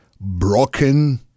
broken